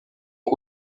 ont